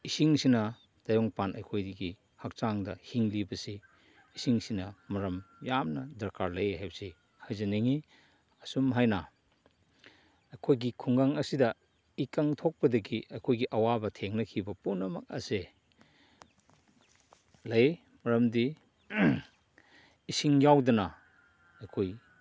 ꯏꯁꯤꯡꯁꯤꯅ ꯇꯥꯏꯕꯪꯄꯥꯟ ꯑꯩꯈꯣꯏꯗꯒꯤ ꯍꯛꯆꯥꯡꯗ ꯍꯤꯡꯂꯤꯕꯁꯦ ꯏꯁꯤꯡꯁꯤꯅ ꯃꯔꯝ ꯌꯥꯝꯅ ꯗꯔꯀꯥꯔ ꯂꯩꯌꯦ ꯍꯥꯏꯕꯁꯤ ꯍꯥꯏꯖꯅꯤꯡꯉꯤ ꯑꯁꯨꯝ ꯍꯥꯏꯅ ꯑꯩꯈꯣꯏꯒꯤ ꯈꯨꯡꯒꯪ ꯑꯁꯤꯗ ꯏꯀꯪ ꯊꯣꯛꯄꯗꯒꯤ ꯑꯩꯈꯣꯏꯒꯤ ꯑꯋꯥꯕ ꯊꯦꯡꯅꯈꯤꯕ ꯄꯨꯝꯅꯃꯛ ꯑꯁꯦ ꯂꯩ ꯃꯔꯝꯗꯤ ꯏꯁꯤꯡ ꯌꯥꯎꯗꯅ ꯑꯩꯈꯣꯏ